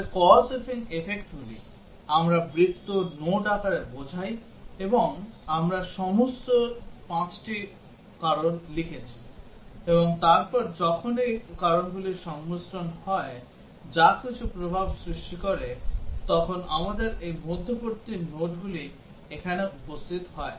তাহলে cause এবং effectগুলি আমরা বৃত্ত নোড আকারে বোঝাই এবং আমরা সমস্ত 5 টি কারণ লিখেছি এবং তারপর যখনই কারণগুলির সংমিশ্রণ হয় যা কিছু প্রভাব সৃষ্টি করে তখন আমাদের এই মধ্যবর্তী নোডগুলি এখানে উপস্থিত হয়